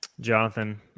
Jonathan